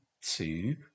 two